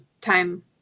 time